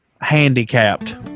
handicapped